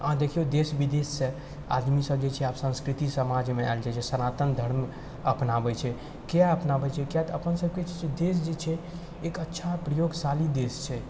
अहाँ देखिऔ देश विदेशसँ आदमी सब जे छै आब संस्कृति समाजमे आएल जाइ छै सनातन धर्म अपनाबै छै किए अपनाबै छै किए तऽ अपन सबके देश जे छै एक अच्छा प्रयोगशाली देश छै